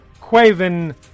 Quaven